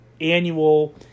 annual